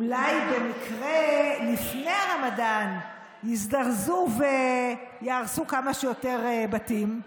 אולי במקרה לפני הרמדאן יזדרזו ויהרסו כמה שיותר בתים?